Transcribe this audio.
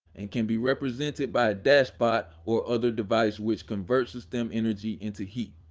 and can be represented by a dashpot or other device which convertssystem energy into heat.